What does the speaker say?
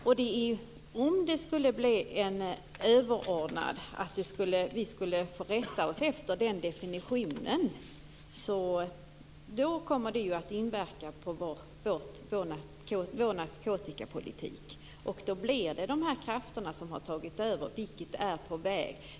Om det skulle bli en överordnad bestämmelse, och vi skulle få rätta oss efter den definitionen, kommer det att inverka på vår narkotikapolitik. Då har dessa krafter tagit över, vilket är på väg.